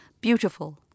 beautiful